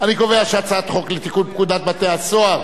להעביר את הצעת חוק לתיקון פקודת בתי-הסוהר